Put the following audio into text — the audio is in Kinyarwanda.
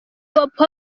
popo